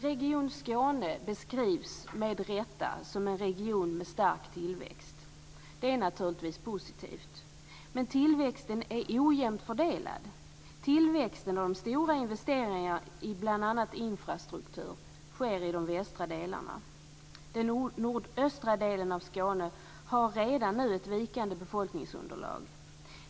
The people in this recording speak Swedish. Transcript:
Region Skåne beskrivs, med rätta, som en region med stark tillväxt och det är naturligtvis positivt. Men tillväxten är ojämnt fördelad. Tillväxten och de stora investeringarna i bl.a. infrastruktur sker i de västra delarna, medan den nordöstra delen av Skåne redan nu har ett vikande befolkningsunderlag.